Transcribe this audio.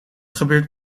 gebeurt